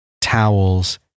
towels